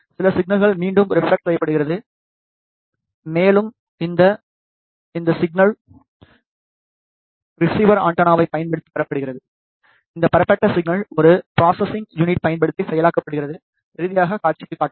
சில சிக்னல்கள் மீண்டும் ரெப்ளெக்ட் செய்யப்பட்டுகின்றன மேலும் அந்த சிக்னல் ரிசீவர் ஆண்டெனாவைப் பயன்படுத்தி பெறப்படுகிறது இந்த பெறப்பட்ட சிக்னல் ஒரு ப்ரோஸஸ்சிங் யூனிட் பயன்படுத்தி செயலாக்கப்படுகிறது இறுதியாக காட்சிக்கு காட்டப்படும்